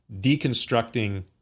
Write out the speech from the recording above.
deconstructing